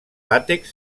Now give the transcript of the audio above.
làtex